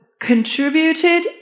contributed